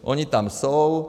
Oni tam jsou.